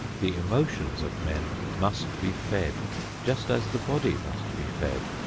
the emotions of men must be fed just as the body must be fed.